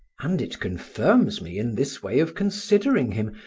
and it confirms me in this way of considering him,